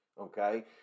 okay